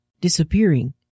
disappearing